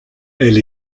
elle